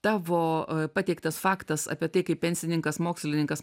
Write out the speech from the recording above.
tavo pateiktas faktas apie tai kaip pensininkas mokslininkas